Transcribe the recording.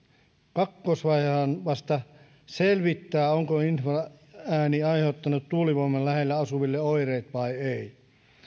kakkosvaihehan vasta selvittää onko infraääni aiheuttanut tuulivoimalan lähellä asuville oireet vai ei